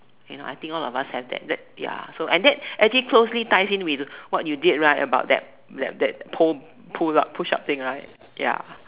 you know I think all of us have that that ya so and that actually closely ties in with what you did right about that that that pole pull up push up thing ya